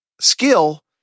skill